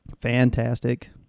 Fantastic